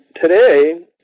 today